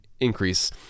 increase